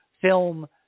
film